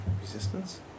Resistance